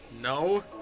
No